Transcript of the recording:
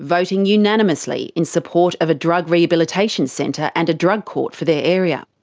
voting unanimously in support of a drug rehabilitation centre and a drug court for their area.